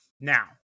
now